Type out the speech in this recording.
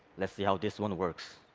let's see how this one works.